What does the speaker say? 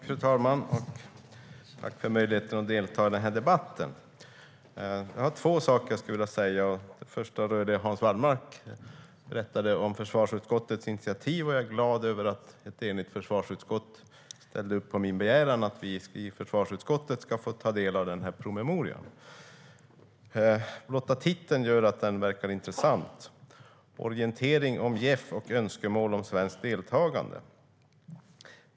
Fru talman! Tack för att jag får möjlighet att delta i den här debatten. Jag har två saker att säga. Det första rör det Hans Wallmark berättade om försvarsutskottets initiativ. Jag är glad över att ett enigt försvarsutskott ställde upp på min begäran om att vi i försvarsutskottet ska få ta del av den här promemorian. Blotta titeln gör att den verkar intressant: Orientering om JEF och önskemål om svenskt deltagande .